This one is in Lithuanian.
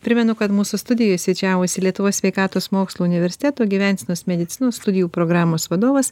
primenu kad mūsų studijoje svečiavosi lietuvos sveikatos mokslų universiteto gyvensenos medicinos studijų programos vadovas